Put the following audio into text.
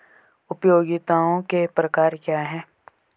उपयोगिताओं के प्रकार क्या हैं?